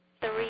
Three